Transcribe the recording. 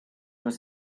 was